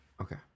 Okay